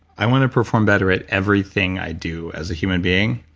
i want to perform better at everything i do as a human being,